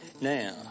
Now